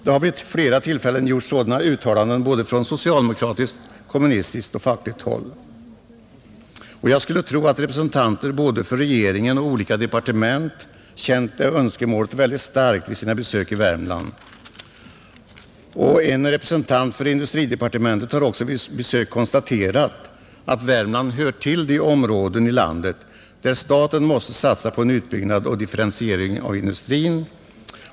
Det har vid flera tillfällen gjorts sådana uttalanden från såväl socialdemokratiskt, kommunistiskt som fackligt håll. Jag skulle tro att representanter för både regeringen och olika departement känt det önskemålet mycket starkt vid sina besök i Värmland. En representant för industridepartementet har också vid besök konstaterat att Värmland hör till de områden i landet där staten måste satsa på en utbyggnad och differentiering av industrin.